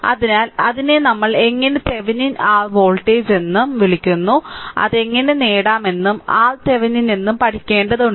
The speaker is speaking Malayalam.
അതിനാൽ അതിനെ നമ്മൾ എങ്ങനെ തെവെനിൻ ആർ വോൾട്ടേജ് എന്ന് വിളിക്കുന്നു അത് എങ്ങനെ നേടാമെന്നും RThevenin എന്നും പഠിക്കേണ്ടതുണ്ട്